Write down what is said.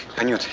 and you'll